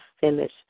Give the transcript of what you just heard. finish